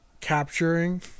Capturing